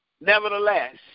nevertheless